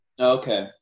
Okay